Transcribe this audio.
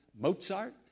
Mozart